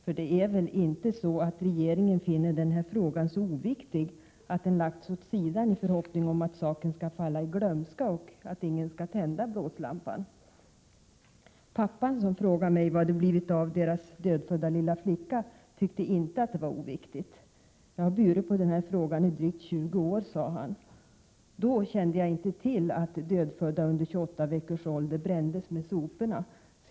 För det är väl inte så att regeringen finner den här frågan så oviktig att den lagts åt sidan i förhoppning om att saken skall falla i glömska och att ingen skall tända blåslampan? Pappan, som frågade mig vad det blivit av deras dödfödda lilla flicka, tyckte inte att det var oviktigt. ”Jag har burit på den frågan i drygt 20 år”, sade han. Då kände jag inte till att dödfödda under 28 veckors ålder brändes med soporna.